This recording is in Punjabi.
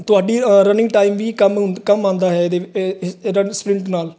ਤੁਹਾਡੀ ਅ ਰਨਿੰਗ ਟਾਈਮ ਵੀ ਕੰਮ ਕੰਮ ਆਉਂਦਾ ਹੈ ਇਹਦੇ ਸਪਰਿੰਟ ਨਾਲ